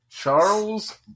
Charles